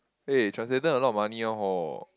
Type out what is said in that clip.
eh translator a lot of money loh hor